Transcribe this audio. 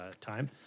time